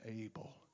able